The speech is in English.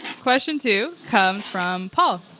question two comes from paul.